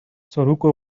zoruko